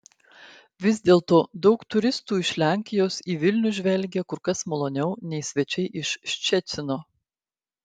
vis dėlto daug turistų iš lenkijos į vilnių žvelgia kur kas maloniau nei svečiai iš ščecino